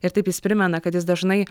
ir taip jis primena kad jis dažnai